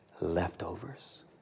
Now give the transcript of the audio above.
leftovers